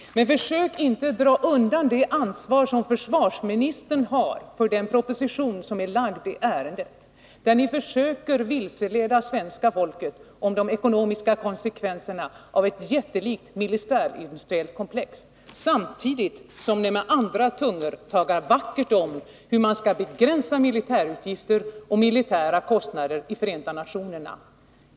Men försök inte dra er undan det ansvar som försvarsministern har för den proposition som är lagd i ärendet, där ni försöker vilseleda svenska folket beträffande de ekonomiska konsekvenserna av ett jättelikt militärindustriellt komplex — samtidigt som ni med andra tungor talar vackert i Förenta nationerna om hur man skall begränsa militärutgifter och militära kostnader.